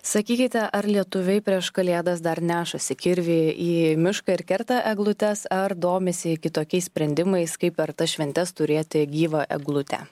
sakykite ar lietuviai prieš kalėdas dar nešasi kirvį į mišką ir kerta eglutes ar domisi kitokiais sprendimais kaip per tas šventes turėti gyvą eglutę